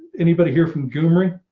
anybody here from goumri